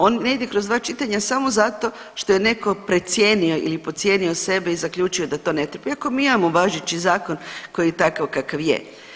On ne ide kroz dva pitanja samo zato što je netko precijenio ili podcijenio sebe i zaključio da to ne treba, iako mi imamo važeći zakon koji je takav kakav je.